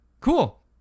cool